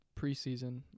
preseason